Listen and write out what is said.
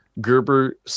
Gerber